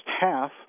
half